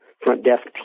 front-desk